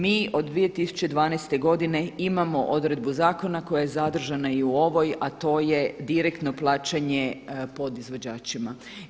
Mi od 2012. godine imamo odredbu zakona koja je zadržana i u ovoj a to je direktno plaćanje podizvođačima.